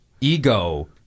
ego